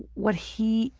what he,